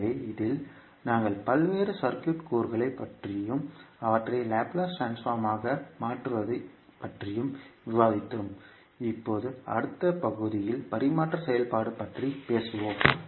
எனவே இதில் நாங்கள் பல்வேறு சுற்று கூறுகள் பற்றியும் அவற்றை லாப்லேஸ் ட்ரான்ஸ்போர்ம்மாக மாற்றுவது பற்றியும் விவாதித்தோம் இப்போது அடுத்த வகுப்பில் பரிமாற்ற செயல்பாடு பற்றி பேசுவோம்